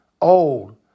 old